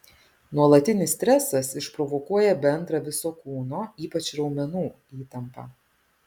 nuolatinis stresas išprovokuoja bendrą viso kūno ypač raumenų įtampą